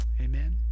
Amen